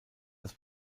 das